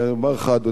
אדוני היושב-ראש,